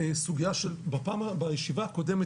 בישיבה הקודמת,